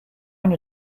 une